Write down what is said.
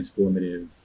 transformative